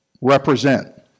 represent